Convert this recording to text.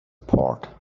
port